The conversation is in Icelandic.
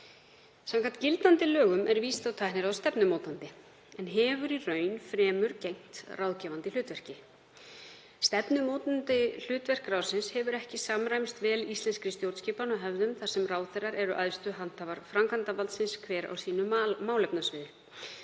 Samkvæmt gildandi lögum er Vísinda- og tækniráð stefnumótandi en hefur í raun fremur gegnt ráðgefandi hlutverki. Stefnumótandi hlutverk ráðsins hefur ekki samræmst vel íslenskri stjórnskipan og hefðum þar sem ráðherrar eru æðstu handhafar framkvæmdarvaldsins hver á sínu málefnasviði.